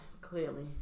clearly